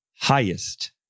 highest